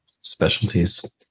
specialties